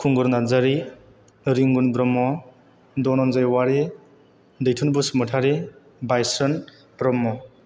Khungur Narzary Ringun Brahma Dhananjay Owary Daithun Basumatary Baisron Brahma